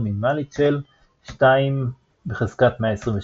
מינימלית של 2 128 \displaystyle 2^{128}